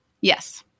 Yes